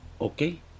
okay